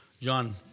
John